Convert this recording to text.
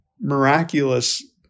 miraculous